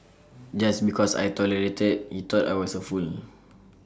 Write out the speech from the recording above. just because I tolerated he thought I was A fool